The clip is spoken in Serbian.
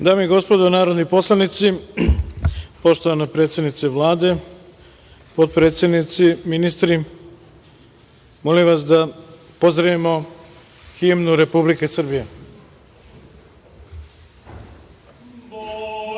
i gospodo narodni poslanici, poštovana predsednice Vlade, potpredsednici, ministri, molim vas da pozdravimo himnu Republike Srbije.